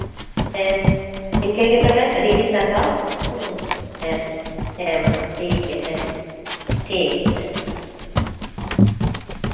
ᱦᱮᱸ ᱤᱱᱠᱟᱹᱜᱮ ᱛᱚᱵᱮ ᱟᱹᱰᱤ ᱟᱹᱰᱤ ᱥᱟᱨᱦᱟᱣ ᱦᱮᱸ ᱟᱪᱪᱷᱟ ᱦᱮᱸᱢᱟ ᱴᱷᱤᱠᱜᱮᱭᱟ ᱦᱮᱸᱢᱟ ᱴᱷᱤᱠ ᱦᱮᱸ